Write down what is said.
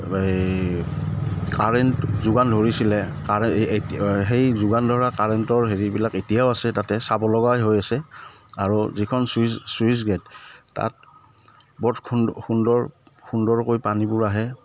এই কাৰেণ্ট যোগান ধৰিছিলো সেই যোগান ধৰা কাৰেণ্টৰ হেৰিবিলাক এতিয়াও আছে তাতে চাব লগাই হৈ আছে আৰু যিখন ছুইচ ছুইচ গেট তাত বৰত সুন্দৰ সুন্দৰকৈ পানীবোৰ আহে